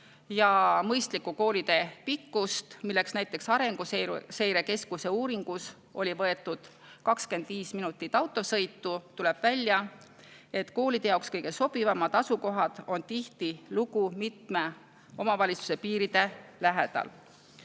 ja mõistlikku koolitee pikkust, milleks näiteks Arenguseire Keskuse uuringus oli võetud 25 minutit autosõitu, tuleb välja, et koolide jaoks kõige sobivamad asukohad on tihtilugu mitme omavalitsuse piiride lähedal.